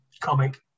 comic